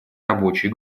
рабочей